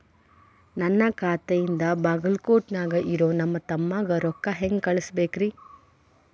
ನನ್ನ ಖಾತೆಯಿಂದ ಬಾಗಲ್ಕೋಟ್ ನ್ಯಾಗ್ ಇರೋ ನನ್ನ ತಮ್ಮಗ ರೊಕ್ಕ ಹೆಂಗ್ ಕಳಸಬೇಕ್ರಿ?